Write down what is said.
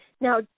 Now